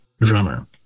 drummer